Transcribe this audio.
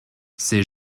ses